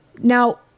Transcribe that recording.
Now